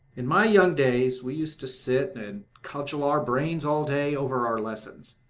in my young days we used to sit and cudgel our brains all day over our lessons,